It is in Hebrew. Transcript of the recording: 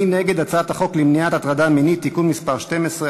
מי נגד הצעת החוק למניעת הטרדה מינית (תיקון מס' 12),